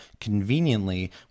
conveniently